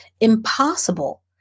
impossible